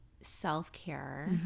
self-care